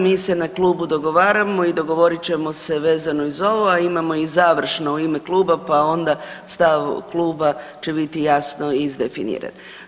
Mi se na klubu dogovaramo i dogovorit ćemo se vezano i za ovo, a imamo i završno u ime kluba, pa onda stav kluba će biti jasno izdefiniran.